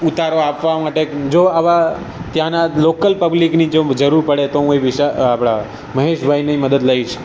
ઉતારો આપવા માટે જો આવા ત્યાંનાં લોકલ પબ્લિકની જો જરૂર પડે તો હું એ આપણા મહેશભાઈની મદદ લઈશ